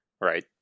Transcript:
right